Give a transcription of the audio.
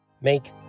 Make